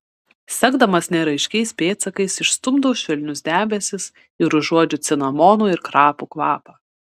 sekdama neraiškiais pėdsakais išstumdau švelnius debesis ir užuodžiu cinamonų ir krapų kvapą